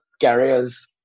carriers